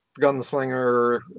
Gunslinger